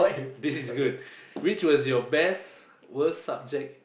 this is good which was your best worst subject